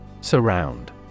Surround